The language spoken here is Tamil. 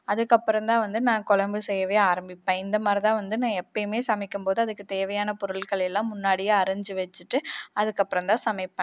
அதுக்கப்புறந்தான் வந்து நான் குழம்பு செய்யவே ஆரம்பிப்பேன் நான் இந்தமாரிதான் வந்து நான் எப்பவுமே சமைக்கும்போது அதுக்கு தேவையான பொருட்களை எல்லாம் முன்னாடியே அரிஞ்சி வச்சிட்டு அதுக்கப்புறம்தான் சமைப்பேன்